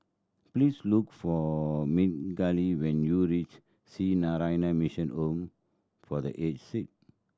please look for Migdalia when you reach Sree Narayana Mission Home for The Aged Sick